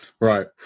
Right